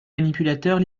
manipulateurs